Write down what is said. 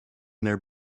their